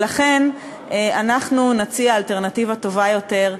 ולכן אנחנו נציע אלטרנטיבה טובה יותר,